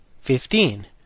fifteen